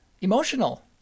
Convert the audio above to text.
emotional